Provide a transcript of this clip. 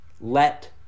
Let